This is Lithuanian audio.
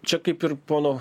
čia kaip ir pono